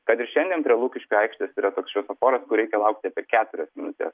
kad ir šiandien prie lukiškių aikštės yra toks šviesoforas kur reikia laukti apie keturias minutes